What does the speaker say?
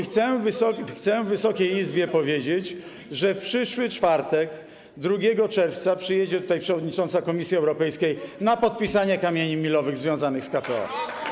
Chcę Wysokiej Izbie powiedzieć, że w przyszły czwartek, 2 czerwca, przyjedzie tutaj przewodnicząca Komisji Europejskiej na podpisanie kamieni milowych związanych z KPO.